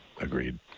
Agreed